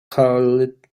called